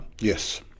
Yes